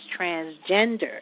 transgender